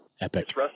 Epic